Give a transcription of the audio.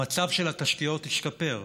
המצב של התשתיות השתפר.